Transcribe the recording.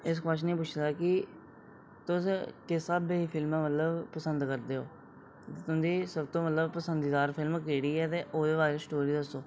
एस question गी पुच्छी सकदा कि तुस किस स्हाबे दी फिल्मां मतलब पसंद करदे हो तुं'दी मतलब सब तू पसंदीदा फिल्म मतलब केह्ड़ी ऐ ते ओह्दे बारे च स्टोरी दस्सो